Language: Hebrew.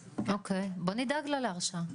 אוקיי, בוא נדאג לה להרשאה.